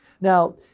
Now